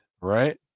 right